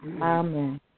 Amen